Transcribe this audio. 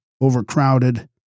overcrowded